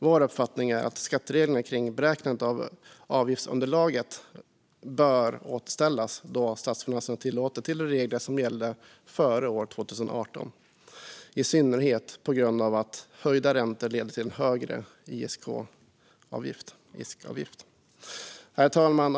Vår uppfattning är att skattereglerna kring beräkningen av avgiftsunderlaget bör återställas, när statsfinanserna tillåter, till reglerna som gällde före år 2018 - i synnerhet på grund av att höjda räntor leder till högre ISK-avgift. Herr talman!